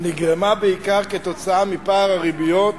נגרמה בעיקר מפער הריביות